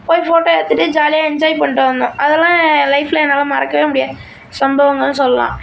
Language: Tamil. போய் ஃபோட்டோ எடுத்துட்டு ஜாலியாக என்ஜாய் பண்ணிட்டு வந்தோம் அதல்லாம் என் லைஃப்பில் என்னால் மறக்கவே முடியாத சம்பவங்கள்னு சொல்லாம்